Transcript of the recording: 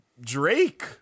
Drake